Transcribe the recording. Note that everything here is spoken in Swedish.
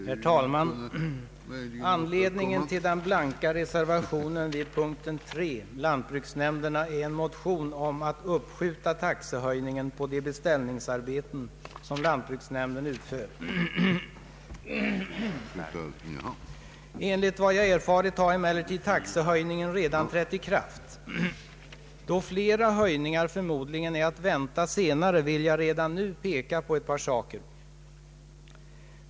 Herr talman! Anledningen till den blanka reservationen vid punkten 3, Lantbruksnämnderna, är en motion om att uppskjuta taxehöjningen på de beställningsarbeten som lantbruksnämnderna utför. Enligt vad jag erfarit har taxehöjningen redan trätt i kraft. Då emellertid flera höjningar förmodligen är att vänta senare vill jag redan nu peka på ett par saker.